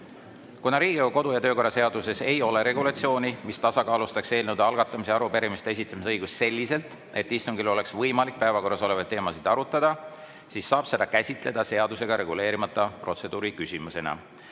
Kuna Riigikogu kodu‑ ja töökorra seaduses ei ole regulatsiooni, mis tasakaalustaks eelnõude algatamise ja arupärimiste esitamise õigust selliselt, et istungil oleks võimalik päevakorras olevaid teemasid arutada, siis saab seda käsitleda seadusega reguleerimata protseduuriküsimusena.